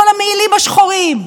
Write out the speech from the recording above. כל המעילים השחורים,